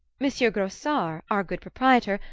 monsieur grossart, our good proprietor,